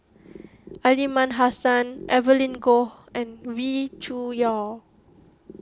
Aliman Hassan Evelyn Goh and Wee Cho Yaw